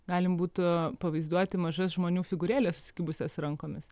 galim būtų pavaizduoti mažas žmonių figūrėles susikibusias rankomis